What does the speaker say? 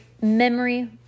memory